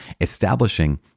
establishing